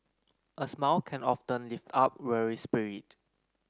a smile can often lift up weary spirit